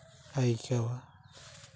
ᱟᱹᱭᱠᱟᱹᱣᱟ